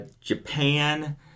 Japan